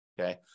Okay